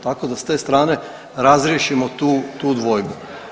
Tako da s te strane razriješimo tu, tu dvojbu.